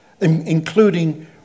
including